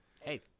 Hey